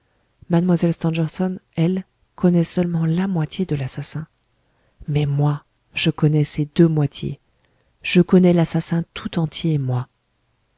mlle stangerson elle connaît seulement la moitié de l'assassin mais moi je connais ses deux moitiés je connais l'assassin tout entier moi